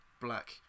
black